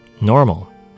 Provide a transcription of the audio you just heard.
normal